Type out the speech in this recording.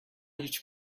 هیچ